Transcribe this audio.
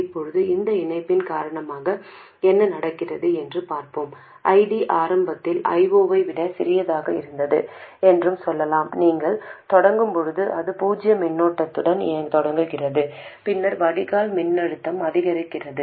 இப்போது இந்த இணைப்பின் காரணமாக என்ன நடக்கிறது என்று பார்ப்போம் ID ஆரம்பத்தில் I0 ஐ விட சிறியதாக இருந்தது என்று சொல்லலாம் நீங்கள் தொடங்கும் போது அது பூஜ்ஜிய மின்னோட்டத்துடன் தொடங்குகிறது பின்னர் வடிகால் மின்னழுத்தம் அதிகரிக்கிறது